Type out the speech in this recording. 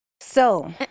So-